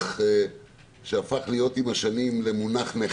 שהפך במהלך השנים למונח שלילי